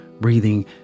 breathing